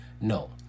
No